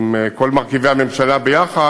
עם כל מרכיבי הממשלה ביחד,